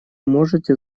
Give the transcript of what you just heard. можете